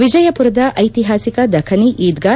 ವಿಜಯಪುರದ ಐತಿಹಾಸಿಕ ದಖನಿ ಈದ್ಗಾ